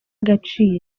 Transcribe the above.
agaciro